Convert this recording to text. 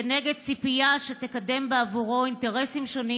כנגד ציפייה שתקדם בעבורו אינטרסים שונים